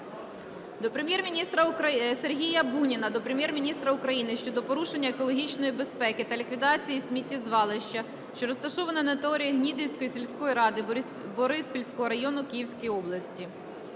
до Прем'єр-міністра України щодо порушення екологічної безпеки та ліквідації сміттєзвалища, що розташоване на території Гнідинської сільської ради Бориспільського району Київської області.